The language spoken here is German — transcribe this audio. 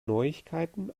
neuigkeiten